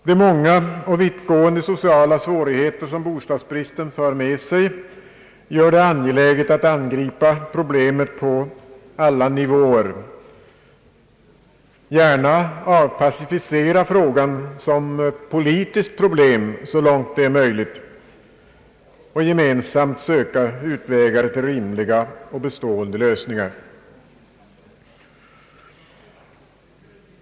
De många och vittgående sociala svårigheter som bostadsbristen för med sig gör det angeläget att angripa problemet på alla nivåer. Det vore bra om vi kunde pacificera frågan som politiskt problem så långt det är möjligt och gemensamt söka utvägar till rimliga och bestående lösningar.